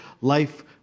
life